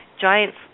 giants